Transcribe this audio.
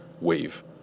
WAVE